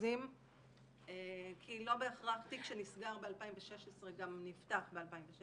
כאחוזים כי לא בהכרח תיק שנסגר ב-2016 גם נפתח ב-2016